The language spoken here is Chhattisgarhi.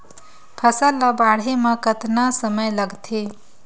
फसल ला बाढ़े मा कतना समय लगथे?